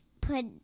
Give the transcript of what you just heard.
put